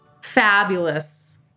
Fabulous